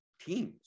teams